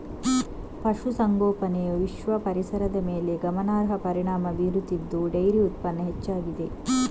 ಪಶು ಸಂಗೋಪನೆಯು ವಿಶ್ವ ಪರಿಸರದ ಮೇಲೆ ಗಮನಾರ್ಹ ಪರಿಣಾಮ ಬೀರುತ್ತಿದ್ದು ಡೈರಿ ಉತ್ಪನ್ನ ಹೆಚ್ಚಾಗಿದೆ